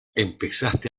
empezaste